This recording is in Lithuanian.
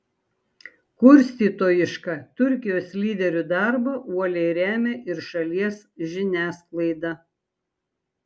kurstytojišką turkijos lyderių darbą uoliai remia ir šalies žiniasklaida